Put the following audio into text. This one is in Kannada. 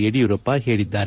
ಯಡಿಯೂರಪ್ಪ ಹೇಳಿದ್ದಾರೆ